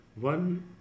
One